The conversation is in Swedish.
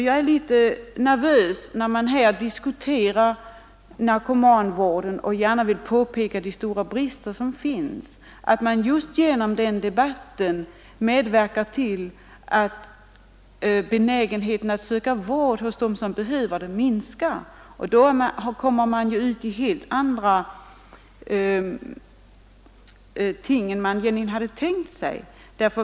Jag är litet nervös för att man, när man i diskussionen om narkomanvården gärna vill peka på de brister som finns, därigenom bidrar till att minska benägenheten hos dem som är i behov av vård att söka sådan. Då får man helt andra effekter än dem man egentligen hade tänkt sig.